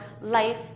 life